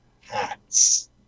hats